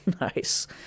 nice